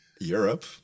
Europe